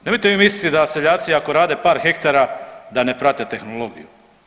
Nemojte vi misliti da seljaci ako rade par hektara da ne prate tehnologiju.